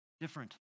different